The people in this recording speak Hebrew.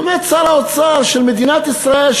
עומד שר האוצר של מדינת ישראל,